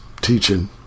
teaching